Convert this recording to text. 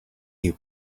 you